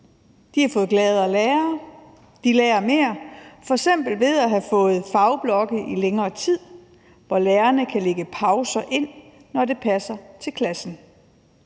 De har fået gladere lærere, og de lærer mere, f.eks. ved at have fået fagblokke i længere tid, hvor lærerne kan lægge pauser ind, når det passer til klassen.